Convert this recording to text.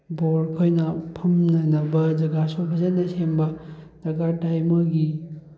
ꯕꯣꯔꯈꯣꯏꯅ ꯐꯝꯅꯅꯕ ꯖꯒꯥꯁꯨ ꯐꯖꯅ ꯁꯦꯝꯕ ꯗꯔꯀꯥꯔ ꯇꯥꯏ ꯃꯣꯏꯒꯤ